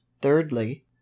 thirdly